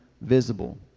visible